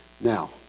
Now